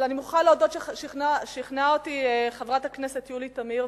אבל אני מוכרחה להודות ששכנעה אותי חברת הכנסת יולי תמיר,